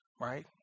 right